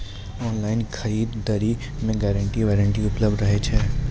Online खरीद दरी मे गारंटी वारंटी उपलब्ध रहे छै?